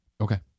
Okay